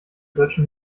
deutsche